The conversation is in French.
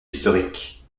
historique